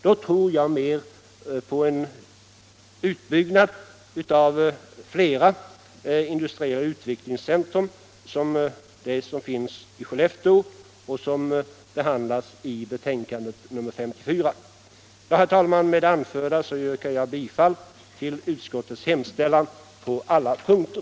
Då tror jag mera på en utbyggnad av flera industriella utvecklingscentra av det slag som finns i Skellefteå och som behandlas i betänkandet. Herr talman! Med det anförda yrkar jag bifall till utskottets hemställan på alla punkter.